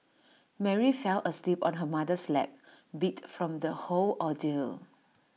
Mary fell asleep on her mother's lap beat from the whole ordeal